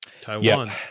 Taiwan